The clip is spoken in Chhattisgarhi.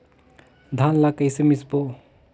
धान ला कइसे मिसबो?